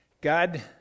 God